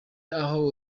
aho